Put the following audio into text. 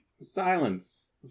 silence